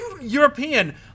European